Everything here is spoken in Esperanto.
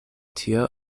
tio